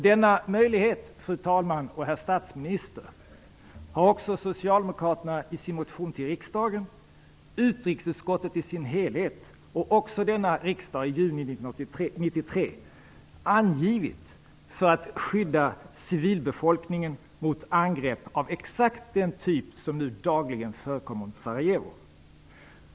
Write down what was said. Denna möjlighet, fru talman och herr statsminister, har också Socialdemokraterna i sin motion till riksdagen, utrikesutskottet i sin helhet och också denna riksdag i juni 1993 angivit för att skydda civilbefolkningen mot angrepp av exakt den typ som nu dagligen förekommer mot Sarajevo.